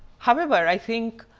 however i think,